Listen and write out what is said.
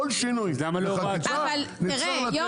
כל שינוי בחקיקה נצטרך לתת לעסקים.